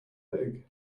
pig